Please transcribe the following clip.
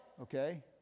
Okay